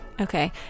okay